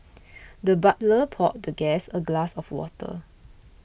the butler poured the guest a glass of water